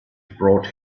brought